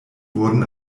wurden